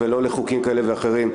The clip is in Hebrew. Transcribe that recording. קואליציה ולא לחוקים כאלה ואחרים.